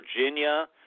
Virginia